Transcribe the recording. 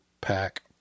pack